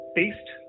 taste